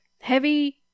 heavy